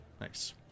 Nice